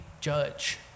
judge